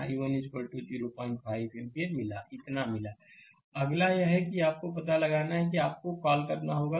कि i1 05 ampere मिला इतना मिला स्लाइड समय देखें 1646 अगला यह है कि आपको पता लगाने के लिए आपको कॉल करना होगा